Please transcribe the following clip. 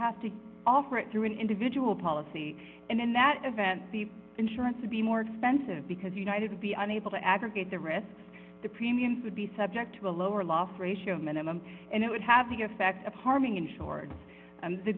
have to offer it through an individual policy and in that event the insurance would be more expensive because united would be unable to aggregate the risks the premiums would be subject to a lower loft ratio minimum and it would have the effect of harming insured and the